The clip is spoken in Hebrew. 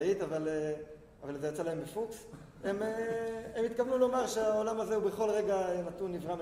היית, אבל זה יצא להם בפוקס, הם התכוונו לומר שהעולם הזה הוא בכל רגע נתון נברא